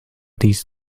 these